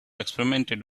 experimented